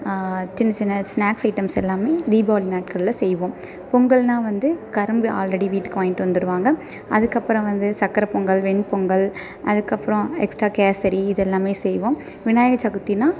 சின்ன சின்ன snacks items எல்லாம் தீபாவளி நாட்களில் செய்வோம் பொங்கல்னா வந்து கரும்பு ஆல்ரெடி வீட்டுக்கு வாங்கிட்டு வந்துடுவாங்க அதுக்கப்புறம் வந்து சக்கரைப்பொங்கல் வெண்பொங்கல் அதுக்கப்பறம் எக்ஸ்ட்ரா கேசரி இது எல்லாம் செய்வோம் விநாயகர் சதுர்த்தினா